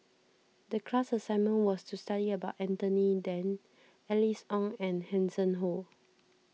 the class assignment was to study about Anthony then Alice Ong and Hanson Ho